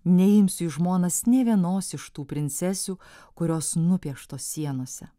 neimsiu į žmonas nė vienos iš tų princesių kurios nupieštos sienose